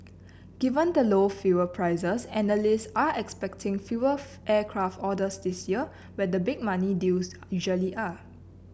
given the low fuel prices analysts are expecting fewer of aircraft orders this year where the big money deals usually are